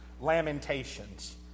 lamentations